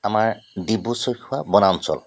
আমাৰ ডিব্ৰু চৈখোৱা বনাঞ্চল